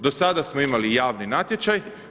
Do sada smo imali javni natječaj.